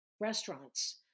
restaurants